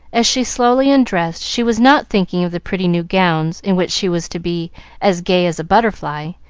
as she slowly undressed, she was not thinking of the pretty new gowns in which she was to be as gay as a butterfly,